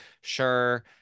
sure